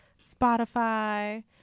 Spotify